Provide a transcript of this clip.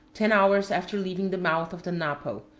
ten hours after leaving the mouth of the napo,